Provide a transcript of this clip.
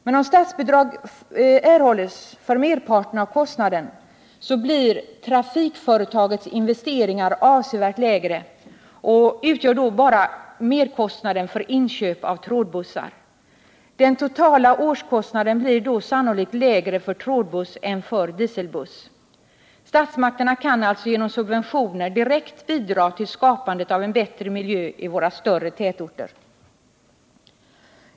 Men om statsbidrag erhålls för merparten av kostnaden blir trafikföretagets investeringar avsevärt lägre och utgörs endast av merkostnaden för inköp av trådbussar. Den totala årskostnaden blir då sannolikt lägre för trådbuss än för dieselbuss. Statsmakterna kan alltså genom subventioner direkt bidra till skapandet av bättre miljö i våra större tätorter.